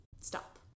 stop